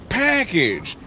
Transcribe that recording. package